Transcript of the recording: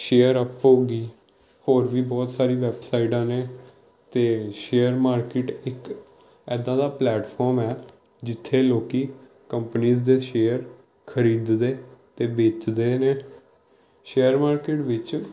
share app ਹੋਗੀ ਹੋਰ ਵੀ ਬਹੁਤ ਸਾਰੀ ਵੈੱਬਸਾਈਟਾਂ ਨੇ ਅਤੇ ਸ਼ੇਅਰ ਮਾਰਕੀਟ ਇੱਕ ਇੱਦਾਂ ਦਾ ਪਲੈਟਫੋਮ ਹੈ ਜਿੱਥੇ ਲੋਕ ਕੰਪਨੀਜ਼ ਦੇ ਸ਼ੇਅਰ ਖਰੀਦਦੇ ਅਤੇ ਵੇਚਦੇ ਨੇ ਸ਼ੇਅਰ ਮਾਰਕੀਟ ਵਿੱਚ